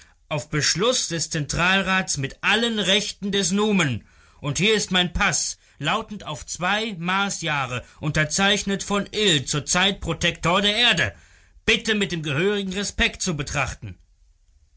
auf beschluß des zentralrats mit allen rechten des numen und hier ist mein paß lautend auf zwei marsjahre unterzeichnet von ill zur zeit protektor der erde bitte mit dem gehörigen respekt zu betrachten